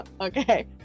Okay